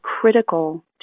critical